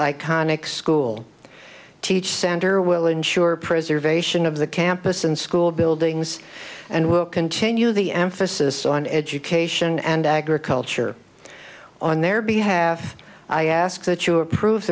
iconic school teach center will ensure preservation of the campus and school buildings and will continue the emphasis on education and agriculture on their behalf i ask that you approve